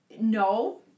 no